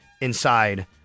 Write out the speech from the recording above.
inside